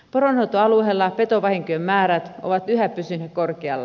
poronhoitoalueella petovahinkojen määrät ovat yhä pysyneet korkealla